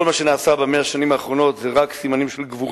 כל מה שנעשה ב-100 השנים האחרונות זה רק סימנים של גבורה.